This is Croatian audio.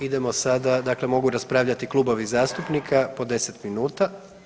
Idemo sada, dakle mogu raspravljati klubovi zastupnika po 10 minuta.